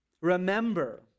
Remember